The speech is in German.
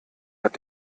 hat